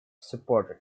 supported